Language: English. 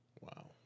Wow